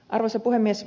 arvoisa puhemies